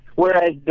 Whereas